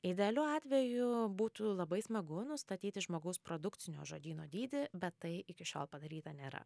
idealiu atveju būtų labai smagu nustatyti žmogaus produkcinio žodyno dydį bet tai iki šiol padaryta nėra